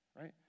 right